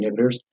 inhibitors